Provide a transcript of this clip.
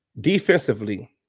Defensively